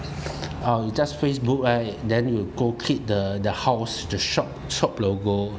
oh it's just Facebook right then you go click the the house the shop shop logo